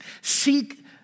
Seek